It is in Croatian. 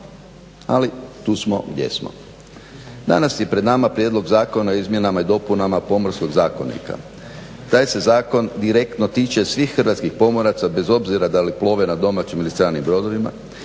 ali tu smo gdje smo. Danas je pred nama prijedlog zakona o izmjenama i dopunama Pomorskog zakonika. Taj se zakon direktno tiče svih hrvatskih pomoraca bez obzira da li plove na domaćim ili stranim brodovima,